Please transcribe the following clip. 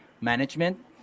management